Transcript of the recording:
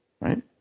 right